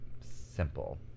simple